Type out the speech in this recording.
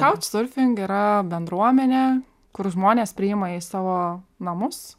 kauč serfing yra bendruomenė kur žmonės priima į savo namus